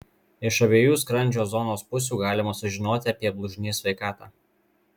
iš abiejų skrandžio zonos pusių galima sužinoti apie blužnies sveikatą